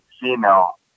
female